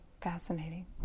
fascinating